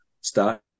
Start